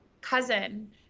cousin